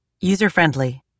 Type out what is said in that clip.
User-Friendly